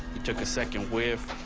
took a second whiff.